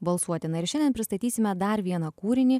balsuoti na ir šiandien pristatysime dar vieną kūrinį